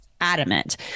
adamant